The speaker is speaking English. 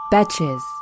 Betches